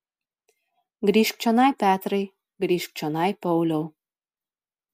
grįžk čionai petrai grįžk čionai pauliau